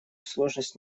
сложность